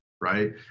right